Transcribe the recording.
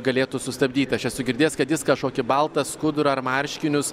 galėtų sustabdyt aš esu girdėjęs kad jis kažkokį baltą skudurą ar marškinius